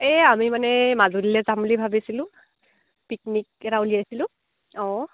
এই আমি মানে মাজুলীলৈ যাম বুলি ভাবিছিলোঁ পিকনিক এটা উলিয়াইছিলোঁ অঁ